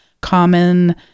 common